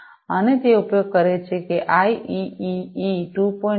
અને તે ઉપયોગ કરે છે કે તે આઈઇઇઇ 2